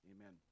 Amen